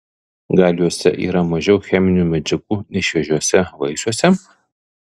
gal juose yra mažiau cheminių medžiagų nei šviežiuose vaisiuose